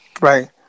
Right